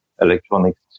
electronics